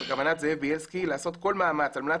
בכוונת זאב ביילסקי לעשות כל מאמץ על מנת